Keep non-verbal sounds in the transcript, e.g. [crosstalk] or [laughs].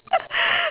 [laughs]